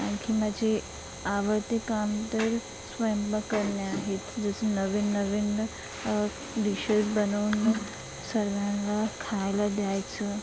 आणखी माझे आवडते काम तर स्वयंपाक करणे आहेच जसं नवीन नवीन डिशेस बनवून सर्वांला खायला द्यायचं